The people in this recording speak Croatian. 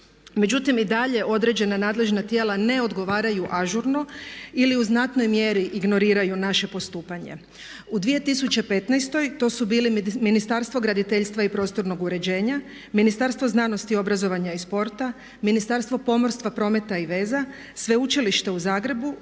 Međutim i dalje određena nadležna tijela ne odgovaraju ažurno ili u znatnoj mjeri ignoriraju naše postupanje. U 2015 to su bili Ministarstvo graditeljstva i prostornog uređenja, Ministarstvo znanosti, obrazovanja i sporta, Ministarstvo pomorstva, prometa i veza, Sveučilište u Zagrebu,